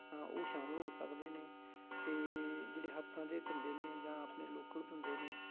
ਉਹ ਸ਼ਾਮਿਲ ਹੋ ਸਕਦੇ ਨੇ ਅਤੇ ਜਿਹੜੇ ਹੱਥਾਂ ਦੇ ਧੰਦੇ ਨੇ ਜਾਂ ਆਪਣੇ ਲੋਕਲ ਧੰਦੇ ਨੇ